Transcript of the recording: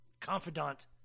confidant